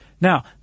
Now